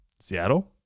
Seattle